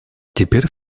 теперь